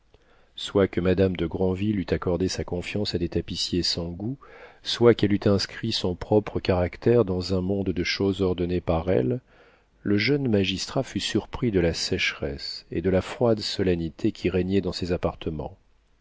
soit que madame de granville eût accordé sa confiance à des tapissiers sans goût soit qu'elle eût inscrit son propre caractère dans un monde de choses ordonné par elle le jeune magistrat fut surpris de la sécheresse et de la froide solennité qui régnaient dans ses appartements